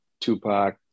Tupac